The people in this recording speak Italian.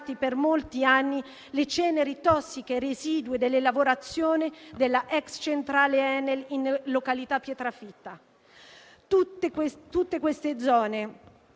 per molti anni le ceneri tossiche residue delle lavorazioni della *ex* centrale ENEL in località Pietrafitta. Tutte queste zone